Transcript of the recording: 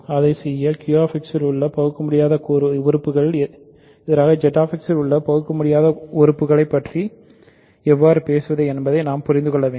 அதைச் செய்ய Q X இல் உள்ள பகுக்கமுடியாத கூறுகளுக்கு எதிராக ZX இல் உள்ள பகுக்கமுடியாத கூறுகளைப் பற்றி எவ்வாறு பேசுவது என்பதை நாம் புரிந்து கொள்ள வேண்டும்